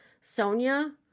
Sonia